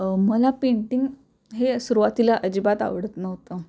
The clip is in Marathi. मला पेंटिंग हे सुरवातीला अजिबात आवडत नव्हतं